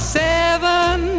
seven